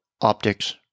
optics